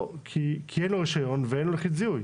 כי אין לו רישיון בתוקף ואין לו לוחית זיהוי.